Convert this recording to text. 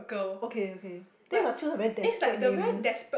okay okay then must suit her very desperate name